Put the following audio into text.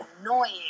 annoying